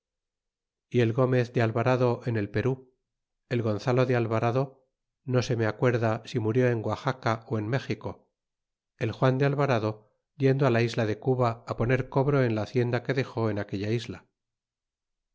y el gomez de alvarada en el perú el gonzalo de alvarado no serme acuerda si murió en guaxaca en méxico eljuan de alvarado yendo ala isla de cuba poner cobro en la hacienda que dext e aquella isla